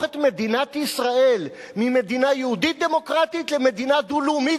את מדינת ישראל ממדינה יהודית-דמוקרטית למדינה דו-לאומית,